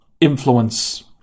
influence